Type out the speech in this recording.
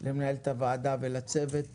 גם מנהלת הוועדה והצוות שלנו,